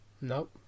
Nope